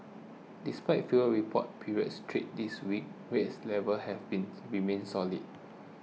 despite fewer reported period trades this week rates levels have been remained solid